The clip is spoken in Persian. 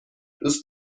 دوست